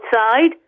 outside